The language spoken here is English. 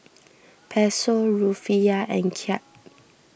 Peso Rufiyaa and Kyat